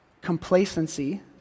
complacency